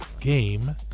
game